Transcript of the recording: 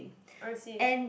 I see